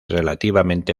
relativamente